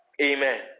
Amen